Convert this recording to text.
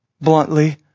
bluntly